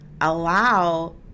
allow